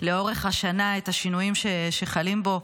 לאורך השנה, את השינויים שחלים בו.